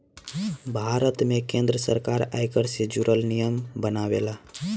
भारत में केंद्र सरकार आयकर से जुरल नियम बनावेला